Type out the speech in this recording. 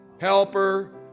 Helper